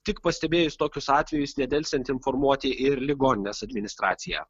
tik pastebėjus tokius atvejus nedelsiant informuoti ir ligoninės administraciją